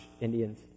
Indians